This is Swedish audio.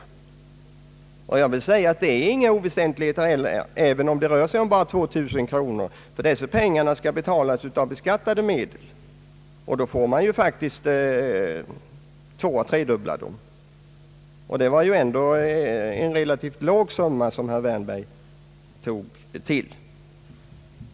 Det är inga oväsentligheter, även om det skulle röra sig om endast 2000 kronor. Dessa pengar skall betalas av beskattade medel, och då får man faktiskt fördubbla eller tredubbla summan. Och ändå var det en relativt låg summa som herr Wärnberg nämnde.